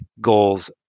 goals